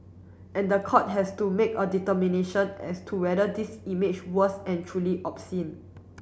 and the court has to make a determination as to whether this image was and truly obscene